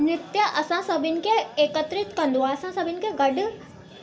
नृतु असां सभिनी खे एकत्रित कंदो आहे असां सभिनी खे गॾु